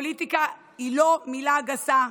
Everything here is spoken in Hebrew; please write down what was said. פוליטיקה היא לא מילה גסה,